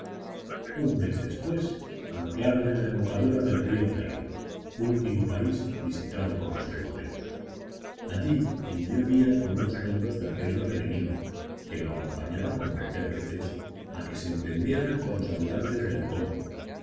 un mes después anclaron en la embocadura del río zairo último país visitado por los europeos allí envió díaz a unos negros del reino de benín que lo acompañaban como intérpretes a que se entendieran con los habitantes del congo